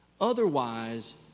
Otherwise